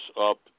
up